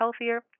healthier